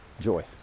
joy